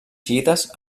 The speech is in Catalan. xiïtes